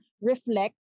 reflect